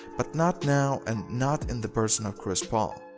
but not now and not in the person of chris paul.